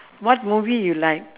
what movie you like